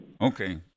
Okay